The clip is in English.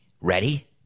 Ready